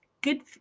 good